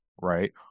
right